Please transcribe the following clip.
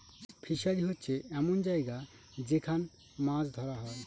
fishery হচ্ছে এমন জায়গা যেখান মাছ ধরা হয়